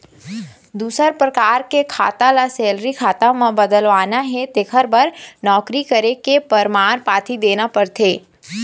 दूसर परकार के खाता ल सेलरी खाता म बदलवाना हे तेखर बर नउकरी करे के परमान पाती देना परथे